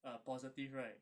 a positive right